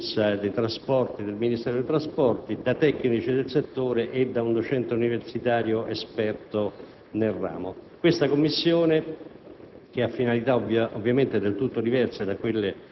presieduta dal direttore generale della sicurezza del trasporto del Ministero dei trasporti e composta da tecnici del settore e da un docente universitario esperto nel ramo.